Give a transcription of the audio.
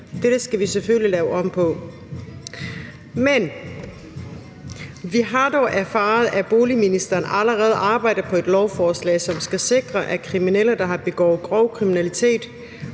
Dette skal vi selvfølgelig lave om på. Men vi har dog erfaret, at boligministeren allerede arbejder på et lovforslag, som skal sikre, at kriminelle, der har begået grov kriminalitet,